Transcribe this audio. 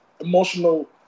emotional